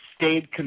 stayed